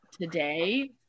today